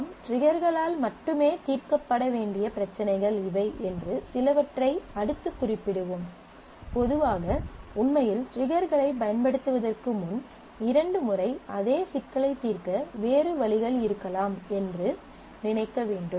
நாம் ட்ரிகர்களால் மட்டுமே தீர்க்கப்பட வேண்டிய பிரச்சினைகள் இவை என்று சிலவற்றை அடுத்து குறிப்பிடுவோம் பொதுவாக உண்மையில் ட்ரிகர்களைப் பயன்படுத்துவதற்கு முன் இரண்டு முறை அதே சிக்கலை தீர்க்க வேறு வழிகள் இருக்கலாம் என்று நினைக்க வேண்டும்